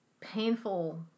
painful